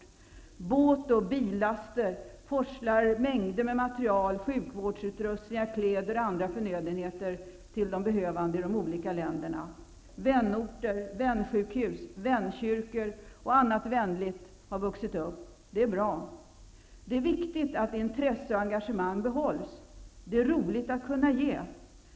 I båt och billaster forslas mängder med material, sjukvårdsutrustningar, kläder och andra förnödenheter till behövande i de olika länderna. Vänorter, vänsjukhus, vänkyrkor och annat vänligt har vuxit upp. Det är bra. Det är viktigt att intresse och engagemang behålls. Det är roligt att kunna ge.